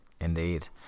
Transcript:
Indeed